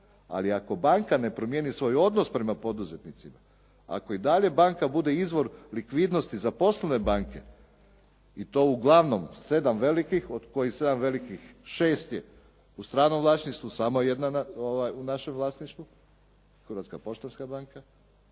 ali ako banka ne promijeni svoj odnos prema poduzetnicima, ako i dalje banka bude izvor likvidnosti za poslovne banke i to uglavnom 7 velikih, od kojih 7 velikih 6 je u stranom vlasništvu, samo je jedna u našem vlasništvu, Hrvatska poštanska banka,